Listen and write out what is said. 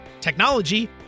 technology